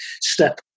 step